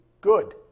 good